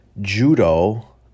judo